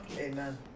Amen